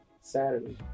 Saturday